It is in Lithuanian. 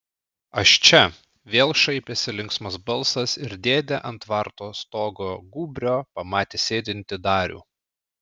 aš čia vėl šaipėsi linksmas balsas ir dėdė ant tvarto stogo gūbrio pamatė sėdintį darių